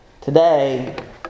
today